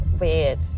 weird